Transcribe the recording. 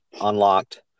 unlocked